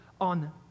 on